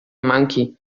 monkey